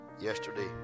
Yesterday